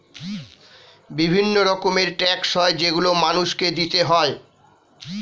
বিভিন্ন রকমের ট্যাক্স হয় যেগুলো মানুষকে দিতে হয়